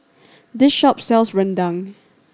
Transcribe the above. this shop sells rendang